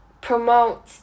promote